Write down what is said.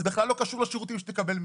וזה בכל ללא קשור לשירותים שתקבל מהם.